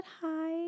hi